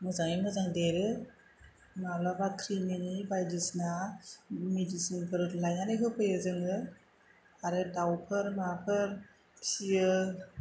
मोजाङै मोजां देरो मालाबा ख्रिमिनि बायदिसिना मिडिसिनफोर लायनानै होफैयो जोङो आरो दाउफोर माफोर फियो